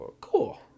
cool